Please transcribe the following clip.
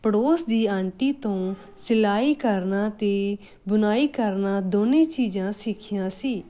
ਪੜੋਸ ਦੀ ਆਂਟੀ ਤੋਂ ਸਿਲਾਈ ਕਰਨਾ ਅਤੇ ਬੁਣਾਈ ਕਰਨਾ ਦੋਨੇ ਚੀਜ਼ਾਂ ਸਿੱਖੀਆਂ ਸੀ